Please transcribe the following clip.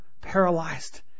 paralyzed